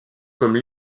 comme